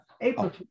April